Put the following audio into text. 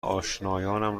آشنایانم